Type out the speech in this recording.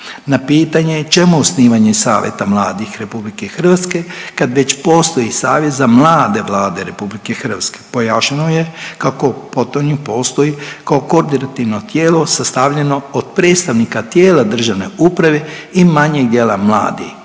Na pitanje čemu osnivanje savjeta mladih Republike Hrvatske kad već postoji Savjet za mlade Vlade RH. Pojašnjeno je kako potonje postoji kao koordinativno tijelo sastavljeno od predstavnika tijela državne uprave i manjeg dijela mladih